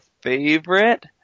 favorite